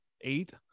eight